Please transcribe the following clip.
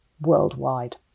worldwide